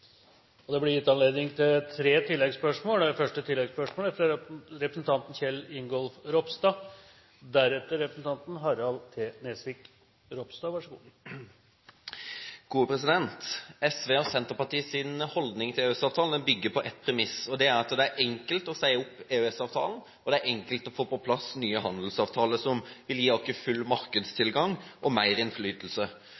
og utviklingen i norsk økonomi. Det blir gitt anledning til tre oppfølgingsspørsmål – først representanten Kjell Ingolf Ropstad. SVs og Senterpartiets holdning til EØS-avtalen bygger på ett premiss, og det er at det er enkelt å si opp EØS-avtalen, og det er enkelt å få på plass nye handelsavtaler som vil gi oss full